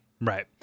Right